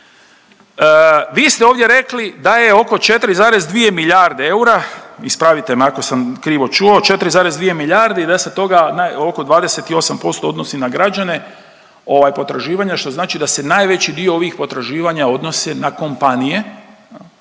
Vi ste ovdje rekli da je oko 4,2 milijarde eura, ispravite me ako sam krivo čuo, 4,2 milijarde i da se toga oko 28% odnosi na građane, ovaj potraživanja što znači da se najveći dio ovih potraživanja odnose na kompanije,